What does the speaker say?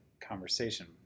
conversation